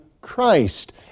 Christ